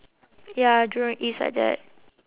ya jurong east like that